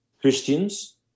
Christians